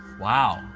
wow,